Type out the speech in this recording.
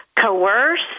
coerce